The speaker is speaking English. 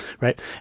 right